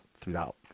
throughout